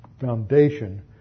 foundation